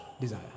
desire